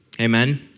Amen